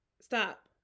stop